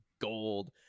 gold